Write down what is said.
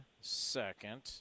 second